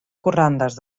corrandes